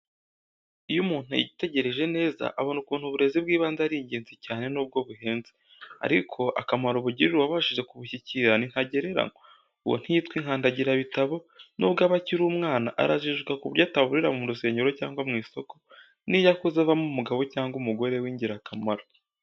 Iyo umuntu yitegereje neza abona ukuntu uburezi bw' ibanze ari ingenzi cyane nubwo buhenze, ariko akamaro bugirira uwabashije kubushyikira ni ntagereranywa, uwo ntiyitwa inkandagirabitabo, nubwo aba akiri umwana arajijuka ku buryo ataburira mu rusengero cyangwa mu isoko, n'iyo akuze avamo umugabo cyangwa umugore. w'ingirakamaro.